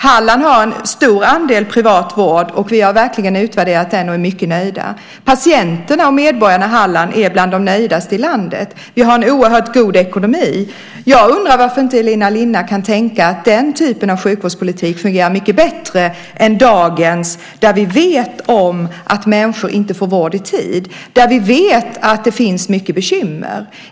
Halland har en stor andel privat vård. Vi har verkligen utvärderat den och är mycket nöjda. Patienterna och medborgarna i Halland är bland de mest nöjda i landet. Vi har en oerhört god ekonomi. Jag undrar varför inte Elina Linna kan tänka att den typen av sjukvårdspolitik fungerar mycket bättre än dagens där vi vet att människor inte får vård i tid, där vi vet att det finns mycket bekymmer.